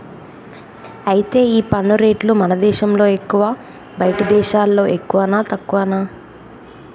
అయితే ఈ పన్ను రేట్లు మన దేశంలో ఎక్కువా బయటి దేశాల్లో ఎక్కువనా తక్కువనా